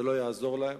זה לא יעזור להם,